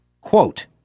Quote